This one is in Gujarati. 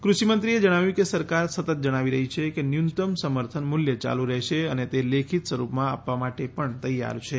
કૃષિ મંત્રીએ જણાવ્યું કે સરકાર સતત જણાવી રહી છે કે ન્યુનત્તમ સમર્થન મૂલ્ય ચાલુ રહેશે અને તે લેખિત સ્વરૂપમાં આપવા માટે પણ તૈયાર છે